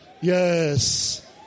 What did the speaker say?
Yes